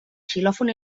xilòfon